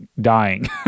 dying